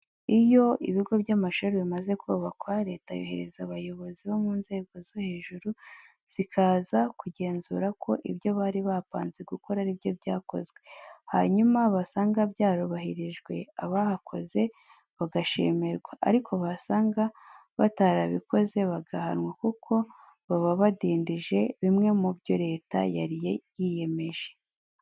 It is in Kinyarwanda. Iyo ibigo by'amashuri bimaze kubakwa, leta yohereza abayobozi bo mu nzego zo hejuru zikaza kugenzura ko ibyo bari bapanze gukora ari byo byakozwe, hanyuma basanga byarubahirijwe abahakoze bagashimirwa ariko basanga batarabikoze bagahanwa kuko baba badindije bimwe mu byo leta yari yiyemeje.